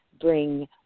bring